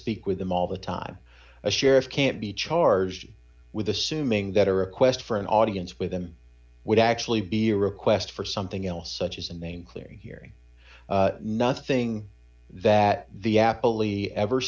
speak with him all the time a sheriff can't be charged with assuming that a request for an audience with him would actually be a request for something else such as a name clearing hearing nothing that the